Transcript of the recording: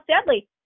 sadly